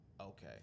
okay